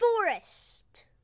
Forest